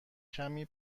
کمی